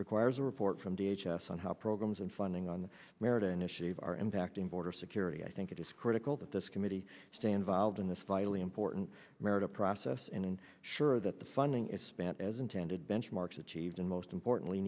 requires a report from v h s on how programs and funding on merit initiative are impacting border security i think it is critical that this committee stand volved in this vitally important merit a process in and sure that the funding is spent as intended benchmarks achieved and most importantly